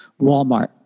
Walmart